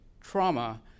trauma